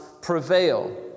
prevail